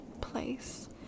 place